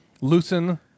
loosen